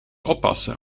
oppassen